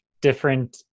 different